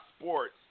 Sports